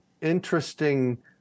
interesting